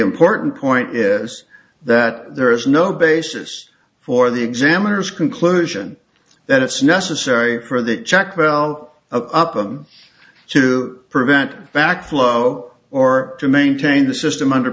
important point is that there is no basis for the examiner's conclusion that it's necessary for the checkout upham to prevent backflow or to maintain the system under